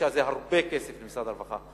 שקל זה הרבה כסף ממשרד הרווחה.